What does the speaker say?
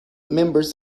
members